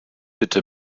bitte